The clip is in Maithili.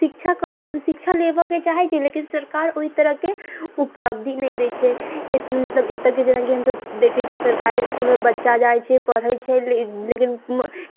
शिक्षा शिक्षा लेबऽके चाहै छै लेकिन सरकार ओइ तरहके उपलब्धि नहि दै छै मतलब एतऽके जेनाकि हमसब देखै छियै सरकारी इसकुलमे बच्चा जाइ छै पढै छै लेकिन